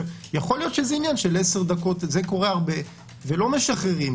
יכול להיות שזה עניין של עשר דקות זה קורה הרבה ולא משחררים,